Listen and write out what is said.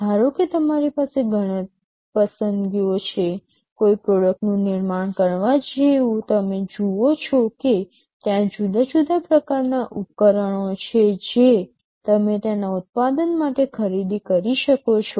ધારો કે તમારી પાસે ઘણી પસંદગીઓ છે કોઈ પ્રોડક્ટનું નિર્માણ કરવા જેવું તમે જુઓ છો કે ત્યાં જુદા જુદા પ્રકારનાં ઉપકરણો છે જે તમે તેના ઉત્પાદન માટે ખરીદી શકો છો